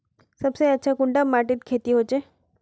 सबसे अच्छा कुंडा माटित खेती होचे?